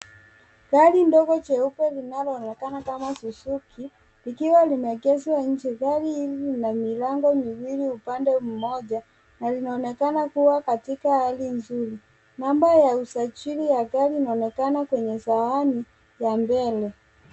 Gari ndogo jeupe linaloonekana kama Suzuki likiwa limeegeshwa nje. Gari hili lina milango miwili upande mmoja na linaonekana kua katika hali nzuri. Mambo ya usajili unaonekana kwenye sahani ya mbele.